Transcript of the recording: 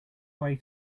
way